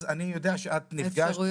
אז אני יודע שאת נפגשת.